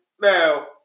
Now